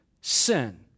sin